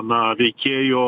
na veikėjo